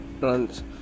runs